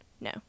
No